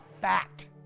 fact